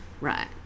Right